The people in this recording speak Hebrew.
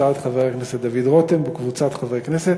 הצעת חבר הכנסת דוד רותם וקבוצת חברי הכנסת,